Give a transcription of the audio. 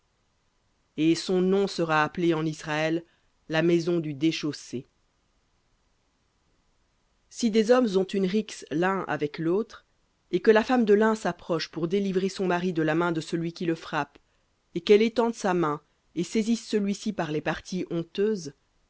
et son nom sera appelé en israël la maison du déchaussé v si des hommes ont une rixe l'un avec l'autre et que la femme de l'un s'approche pour délivrer son mari de la main de celui qui le frappe et qu'elle étende sa main et saisisse celui-ci par les parties honteuses